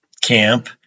camp